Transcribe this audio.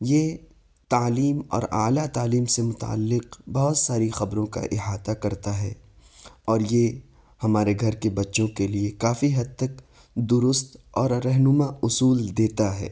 یہ تعلیم اور اعلیٰ تعلیم سے متعلق بہت ساری خبروں کا احاطہ کرتا ہے اور یہ ہمارے گھر کے بچوں کے لیے کافی حد تک درست اور رہنما اصول دیتا ہے